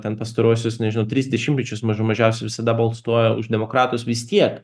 ten pastaruosius nežinau tris dešimtmečius mažų mažiausiai visada balsuoja už demokratus vis tiek